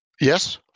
Yes